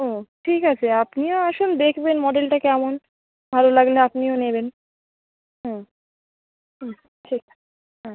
ও ঠিক আছে আপনিও আসুন দেখবেন মডেলটা কেমন ভালো লাগলে আপনিও নেবেন হুম হুম ঠিক আছে হ্যাঁ